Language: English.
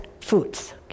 foods